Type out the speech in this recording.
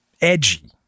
edgy